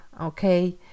Okay